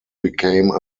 became